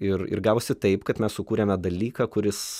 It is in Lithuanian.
ir ir gavosi taip kad mes sukūrėme dalyką kuris